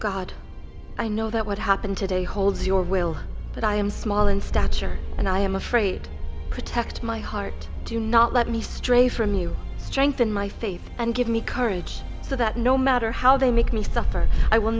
god i know that what happened today holds your will but i am small in stature and i am afraid protect my heart do not let me stray from you strengthen my faith and give me courage so that no matter how they make me suffer i will